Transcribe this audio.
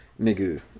Nigga